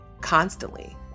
constantly